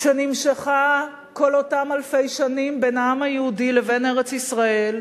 שנמשכה כל אותם אלפי שנים בין העם היהודי לבין ארץ-ישראל,